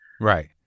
Right